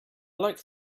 like